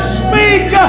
speak